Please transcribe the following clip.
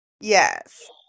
yes